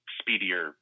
speedier